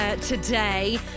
today